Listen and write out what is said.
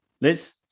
Liz